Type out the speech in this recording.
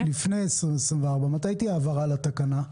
לפני שנת 2024, מתי תהיה הבהרה לתקנה?